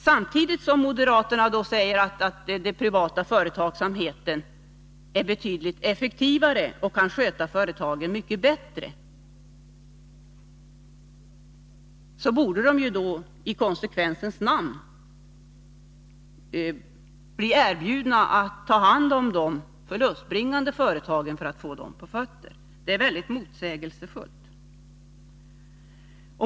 Samtidigt säger moderaterna att den privata företagsamheten är betydligt effektivare och kan sköta företagen mycket bättre. Då borde privata intressen i konsekvensens namn bli erbjudna att ta hand om de förlustbringande företagen för att få dem på fötter. Moderaternas resonemang är verkligen motsägelsefullt.